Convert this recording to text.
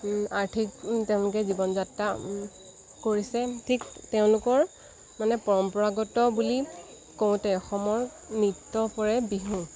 আৰ্থিক তেওঁলোকে জীৱন যাত্ৰা কৰিছে ঠিক তেওঁলোকৰ মানে পৰম্পৰাগত বুলি কওঁতে অসমৰ নৃত্য পৰে বিহু